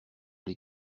les